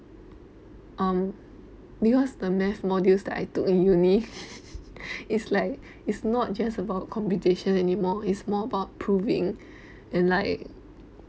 um because the math modules that I took in uni it's like it's not just about computation anymore it's more about proving and like